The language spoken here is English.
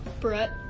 Brett